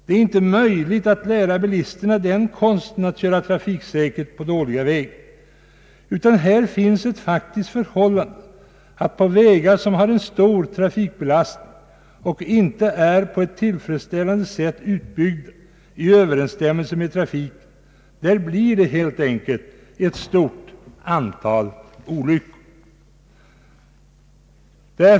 Det är inte möjligt att lära bilisterna konsten att köra trafiksäkert på dåliga vägar. Det faktiska förhållandet är att på vägar med stor trafikbelastning, vilka inte är på ett tillfredsställande sätt utbyggda i överensstämmelse med trafiken, blir det helt enkelt ett stort antal olyckor.